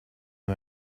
who